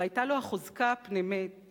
והיתה לו החוזקה הפנימית